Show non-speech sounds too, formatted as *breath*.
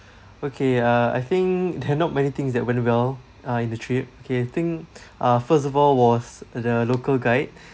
okay uh I think *laughs* that not many things that went well uh in the trip okay I think *breath* uh first of all was the local guide